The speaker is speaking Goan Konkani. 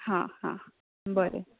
हां हां बरें